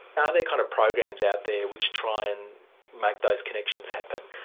ah there kind of programs out there which try and make those connections happen?